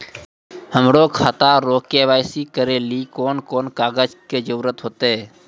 हमरो खाता रो के.वाई.सी करै लेली कोन कोन कागज के जरुरत होतै?